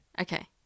Okay